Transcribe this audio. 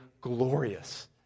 glorious